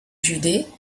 judée